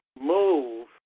move